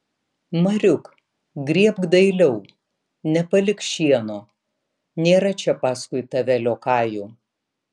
mariuk grėbk dailiau nepalik šieno nėra čia paskui tave liokajų